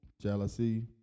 Jealousy